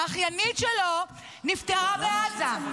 האחיינית שלו נפטרה בעזה,